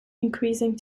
increasing